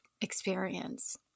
experience